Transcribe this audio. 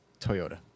Toyota